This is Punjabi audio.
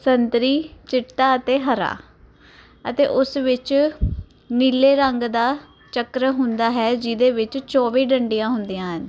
ਸੰਤਰੀ ਚਿੱਟਾ ਅਤੇ ਹਰਾ ਅਤੇ ਉਸ ਵਿੱਚ ਨੀਲੇ ਰੰਗ ਦਾ ਚੱਕਰ ਹੁੰਦਾ ਹੈ ਜਿਹਦੇ ਵਿੱਚ ਚੋਵੀ ਡੰਡੀਆਂ ਹੁੰਦੀਆਂ ਹਨ